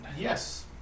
Yes